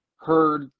heard